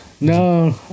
No